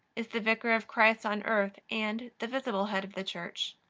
is the vicar of christ on earth and the visible head of the church.